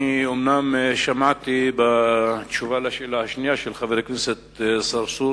אני אומנם שמעתי בתשובה על השאלה השנייה של חבר הכנסת צרצור,